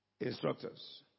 instructors